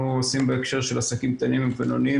עושים בהקשר של עסקים קטנים ובינוניים,